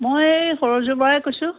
মই এই সৰজু বৰাই কৈছোঁ